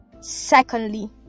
Secondly